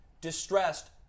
distressed